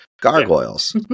gargoyles